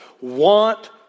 want